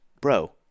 Bro